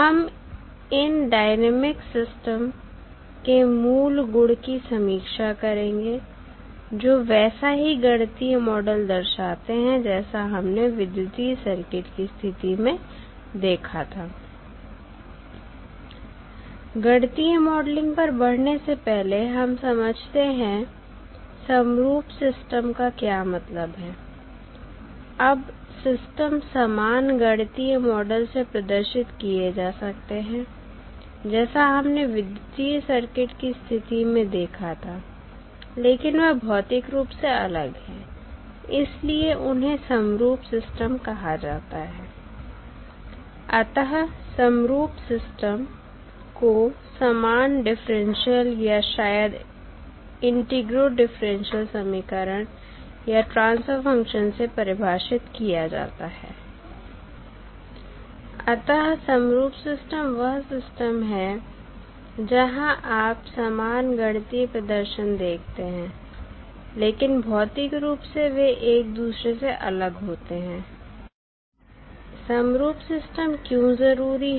हम इन dynamic system के मूल गुण की समीक्षा करेंगे जो वैसा ही गणितीय मॉडल दर्शाते हैं जैसा हमने विद्युतीय सर्किट की स्थिति में देखा था गणितीय मॉडलिंग पर बढ़ने से पहले हम समझते हैं समरूप सिस्टम का क्या मतलब है अब सिस्टम समान गणितीय मॉडल से प्रदर्शित किए जा सकते हैं जैसा हमने विद्युतीय सर्किट की स्थिति में देखा था लेकिन वह भौतिक रूप से अलग हैं इसीलिए उन्हें समरूप सिस्टम कहा जाता है अतः समरूप सिस्टम को समान डिफरेंशियल या शायद इंटीग्रोडिफरेंशियल समीकरण या ट्रांसफर फंक्शन से परिभाषित किया जाता है अतः समरूप सिस्टम वह सिस्टम हैं जहां आप समान गणितीय प्रदर्शन देखते हैं लेकिन भौतिक रूप से वे एक दूसरे से अलग होते हैं समरूप सिस्टम क्यों जरूरी है